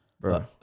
Bro